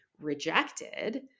rejected